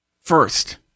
first